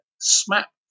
smack